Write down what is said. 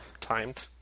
Timed